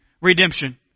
redemption